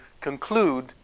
conclude